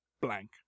blank